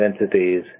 entities